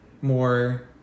more